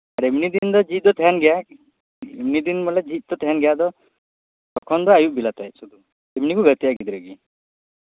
ᱟᱨ ᱮᱢᱱᱤ ᱫᱤᱱ ᱫᱚ ᱡᱷᱤᱡ ᱫᱚ ᱛᱟᱦᱮᱱ ᱜᱮᱭᱟ ᱮᱢᱱᱤ ᱫᱤᱱ ᱫᱚ ᱡᱷᱤᱡ ᱫᱚ ᱛᱟᱦᱮᱱ ᱜᱮᱭᱟ ᱟᱫᱚ ᱛᱚᱠᱷᱚᱱ ᱫᱚ ᱟᱭᱩᱵ ᱵᱮᱞᱟ ᱛᱮᱦᱮᱡ ᱚᱪᱚ ᱜᱮ ᱮᱢᱱᱤ ᱠᱚ ᱜᱟᱛᱮᱜ ᱜᱤᱫᱽᱨᱟᱹ ᱜᱮ